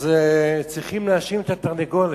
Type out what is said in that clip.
צריך להאשים את התרנגולת,